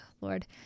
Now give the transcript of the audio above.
Lord